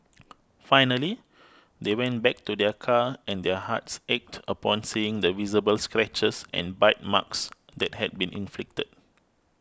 finally they went back to their car and their hearts ached upon seeing the visible scratches and bite marks that had been inflicted